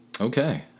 okay